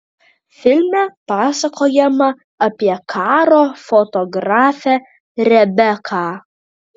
filme pasakojama apie karo fotografę rebeką